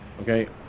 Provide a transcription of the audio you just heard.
Okay